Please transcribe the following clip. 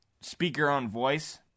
speak-your-own-voice